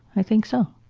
i think so.